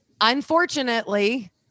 unfortunately